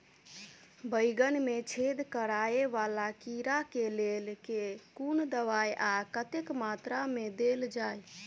बैंगन मे छेद कराए वला कीड़ा केँ लेल केँ कुन दवाई आ कतेक मात्रा मे देल जाए?